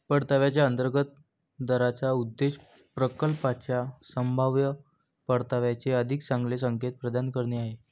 परताव्याच्या अंतर्गत दराचा उद्देश प्रकल्पाच्या संभाव्य परताव्याचे अधिक चांगले संकेत प्रदान करणे आहे